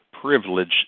privilege